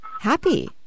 happy